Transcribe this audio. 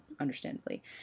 understandably